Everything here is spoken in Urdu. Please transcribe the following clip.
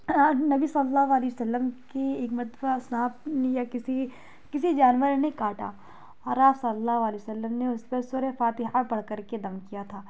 اور نبی صلی اللہ علیہ وسلم کی ایک مرتبہ سانپ یا کسی کسی جانور نے کاٹا اور آپ صلی اللہ علیہ وسلم نے اس پر سورہ فاتحہ پڑھ کر کے دم کیا تھا